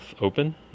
open